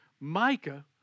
Micah